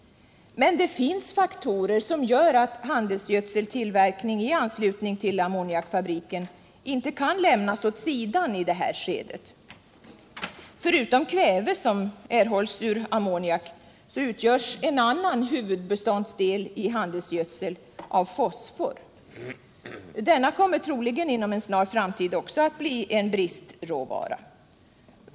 Men det finns faktorer som gör att handelsgödseltillverkning i anslutning till ammoniak fabriken inte kan lämnas åt sidan i det här skedet. Förutom kväve, som erhålls ur ammoniak, utgörs en annan huvudbeståndsdel i handelsgödsel av fosfor. Denna kommer troligen inom en snar framtid också att bli en bristråvara.